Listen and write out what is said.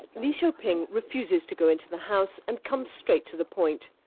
lee she ping refuses to go into the house and comes straight to the point.